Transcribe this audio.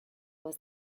was